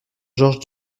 georges